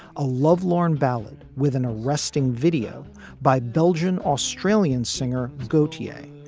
a lovelorn ballad with an arresting video by belgian australian singer gaultier.